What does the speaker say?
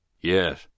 Yes